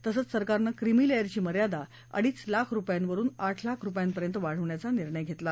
तसंच सरकारनं क्रिमी लेअरची मर्यादा अडीच लाख रुपयांवरुन आठ लाख रुपयांपर्यंत वाढवण्याचा निर्णय घेतला